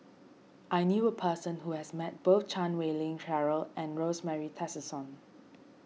I knew a person who has met both Chan Wei Ling Cheryl and Rosemary Tessensohn